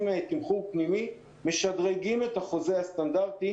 תמחור פנימי ומשדרגים את החוזה הסטנדרטי,